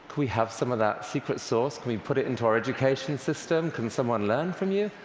we have some of that secret sauce? can we put it into our education system? can someone learn from you?